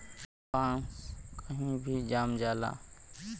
बांस कही भी जाम जाला